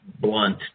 blunt